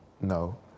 no